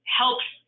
helps